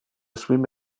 swim